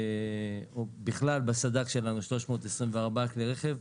בכלל בסד"כ שלנו 324 כלי רכב,